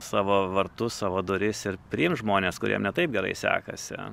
savo vartus savo duris ir priimt žmones kuriem ne taip gerai sekasi